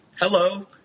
Hello